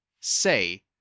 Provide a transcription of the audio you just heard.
say